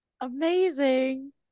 Amazing